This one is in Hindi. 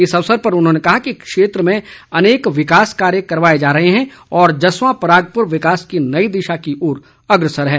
इस अवसर पर उन्होंने कहा कि क्षेत्र में अनेक विकास कार्य करवाए जा रहे हैं और जस्वां परागपुर विकास की नई दिशा की ओर अग्रसर है